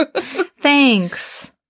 Thanks